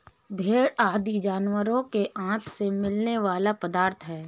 भेंड़ आदि जानवरों के आँत से मिलने वाला पदार्थ है